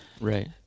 Right